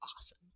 awesome